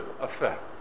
effect